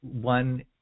one